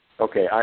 Okay